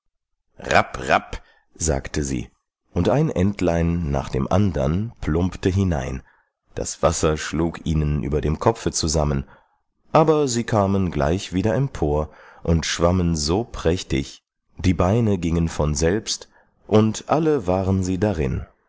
sagte sie und ein entlein nach dem andern plumpte hinein das wasser schlug ihnen über dem kopfe zusammen aber sie kamen gleich wieder empor und schwammen so prächtig die beine gingen von selbst und alle waren sie darin